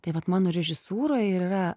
tai vat mano režisūroj ir yra